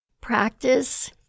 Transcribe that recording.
practice